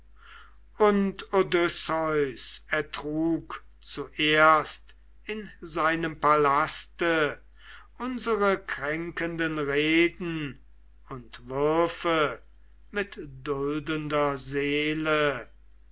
und odysseus ertrug zuerst in seinem palaste unsre kränkenden reden und würfe mit duldender seele